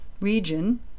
region